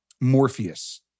Morpheus